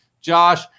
Josh